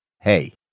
Hey